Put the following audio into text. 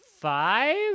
five